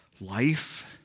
life